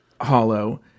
Hollow